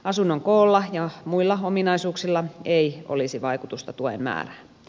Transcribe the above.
asunnon koolla ja muilla ominaisuuksilla ei olisi vaikutusta tuen määrään